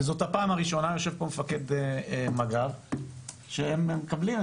וזאת הפעם ראשונה שיושב פה מפקד מג"ב שהם מקבלים,